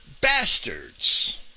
Bastards